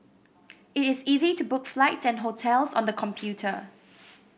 it is easy to book flights and hotels on the computer